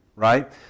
right